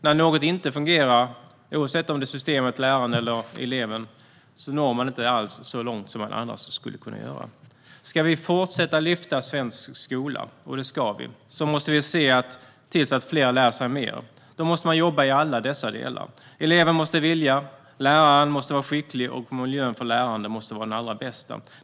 När något inte fungerar - oavsett om det är systemet, läraren eller eleven - når man inte alls så långt som man annars skulle kunna göra. Ska vi fortsätta att lyfta svensk skola, och det ska vi, måste vi se till att fler lär sig mer. Då måste man jobba med alla dessa delar. Eleven måste vilja, läraren måste vara skicklig och miljön för lärande måste vara den allra bästa.